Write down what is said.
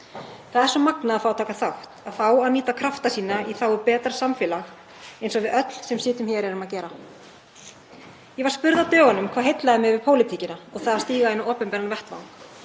Það er svo magnað að fá að taka þátt, fá að nýta krafta sína í þágu betra samfélags, eins og við öll sem sitjum hér erum að gera. Ég var spurð á dögunum hvað heillaði mig við pólitíkina og það að stíga inn á opinberan vettvang.